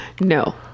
no